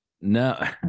No